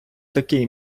такий